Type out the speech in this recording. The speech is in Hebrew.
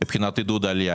מבחינת עידוד העלייה.